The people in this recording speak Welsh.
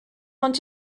ond